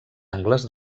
angles